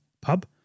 pub